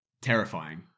Terrifying